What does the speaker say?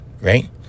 right